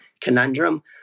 conundrum